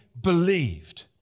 believed